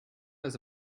das